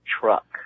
truck